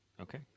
Okay